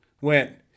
went